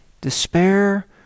despair